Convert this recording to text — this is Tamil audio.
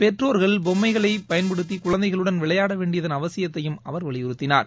பெற்றோர்கள்பொம்மைகளைபயன்படுத்திகுழந்தைகளுடன் விளையாடவேண்டியதன் அவசியத்தையும் அவர் வலியுறுத்தினார்